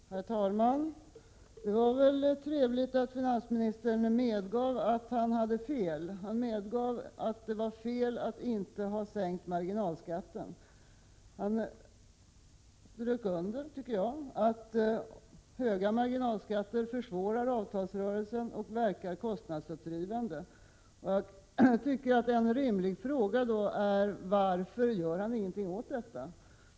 Herr talman! Det var trevligt att finansministern medgav att han hade fel, dvs. att det var fel att inte ha sänkt marginalskatten. Såvitt jag förstår strök han under att höga marginalskatter försvårar avtalsrörelsen och verkar kostnadsuppdrivande. En rimlig fråga är då: Varför gör han ingenting åt detta?